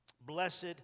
blessed